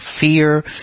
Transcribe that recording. fear